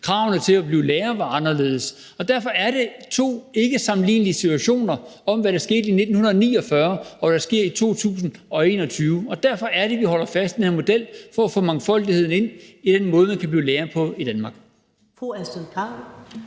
kravene til at blive lærer var anderledes. Derfor er det to ikkesammenlignelige situationer, altså hvad der skete i 1949, og hvad der sker i 2021. Derfor er det, at vi holder fast i den her model for at få mangfoldigheden ind i den måde, man kan blive lærer på i Danmark.